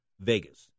Vegas